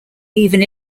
even